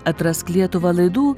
atrask lietuvą laidų